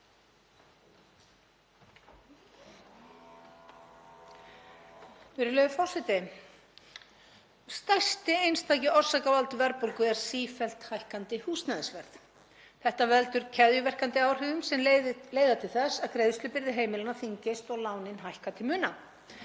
Virðulegur forseti. Stærsti einstaki orsakavaldur verðbólgu er sífellt hækkandi húsnæðisverð. Þetta veldur keðjuverkandi áhrifum sem leiða til þess að greiðslubyrði heimilanna þyngist og lánin hækka til muna.